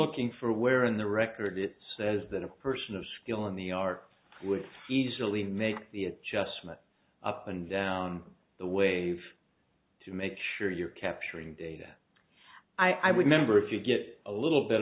looking for where in the record it says that a person of skill in the art would easily make the adjustment up and down the wave to make sure you're capturing data i would member if you get a little bit